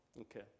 okay